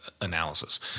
analysis